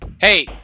Hey